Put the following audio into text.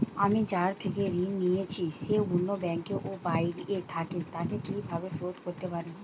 আমি যার থেকে ঋণ নিয়েছে সে অন্য ব্যাংকে ও বাইরে থাকে, তাকে কীভাবে শোধ করতে পারি?